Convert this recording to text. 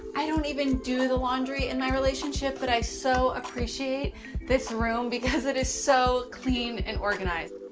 i don't even do the laundry in my relationship, but i so appreciate this room because it is so clean and organized.